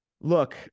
Look